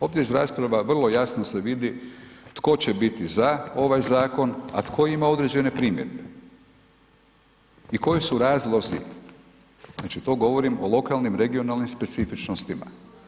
Ovdje iz rasprava vrlo jasno se vidi tko će biti ZA ovaj zakon, a tko ima određene primjedbe i koji su razlozi, znači, to govorim o lokalnim, regionalnim specifičnostima.